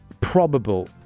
probable